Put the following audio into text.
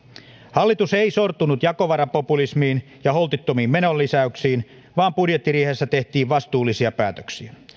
hallitus ei sortunut jakovarapopulismiin ja holtittomiin menolisäyksiin vaan budjettiriihessä tehtiin vastuullisia päätöksiä